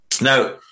Now